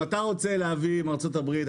אם אתה רוצה להביא מארצות הברית,